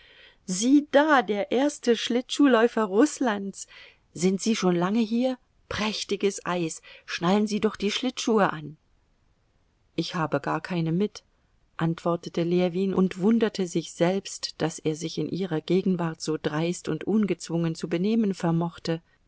sieh da der erste schlittschuhläufer rußlands sind sie schon lange hier prächtiges eis schnallen sie doch die schlittschuhe an ich habe gar keine mit antwortete ljewin und wunderte sich selbst daß er sich in ihrer gegenwart so dreist und ungezwungen zu benehmen vermochte